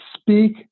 speak